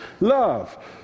love